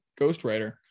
ghostwriter